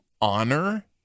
honor